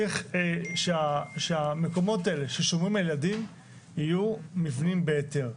צריך שהמקומות האלה ששומרים על ילדים יהיו מבנים בהיתר.